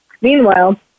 meanwhile